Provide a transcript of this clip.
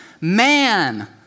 man